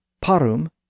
Parum